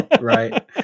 right